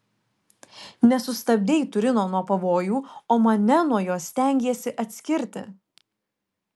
nesustabdei turino nuo pavojų o mane nuo jo stengiesi atskirti